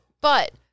But-